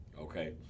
Okay